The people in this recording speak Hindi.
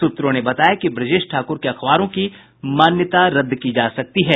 सूत्रों ने बताया कि ब्रजेश ठाकुर के अखबारों की मान्यता रद्द की जा सकती है